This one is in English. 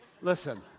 Listen